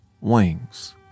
Wings